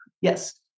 Yes